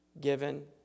given